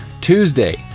Tuesday